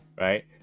right